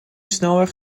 snelweg